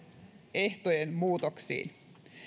ehtojen muutoksiin